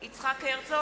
אינו נוכח יצחק הרצוג,